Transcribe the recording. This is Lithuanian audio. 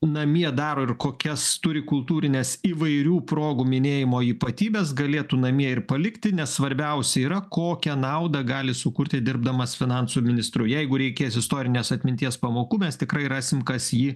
namie daro ir kokias turi kultūrines įvairių progų minėjimo ypatybes galėtų namie ir palikti nes svarbiausia yra kokią naudą gali sukurti dirbdamas finansų ministru jeigu reikės istorinės atminties pamokų mes tikrai rasim kas jį